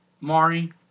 Mari